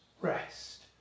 Rest